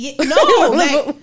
No